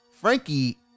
Frankie